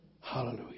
Hallelujah